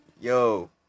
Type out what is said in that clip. Yo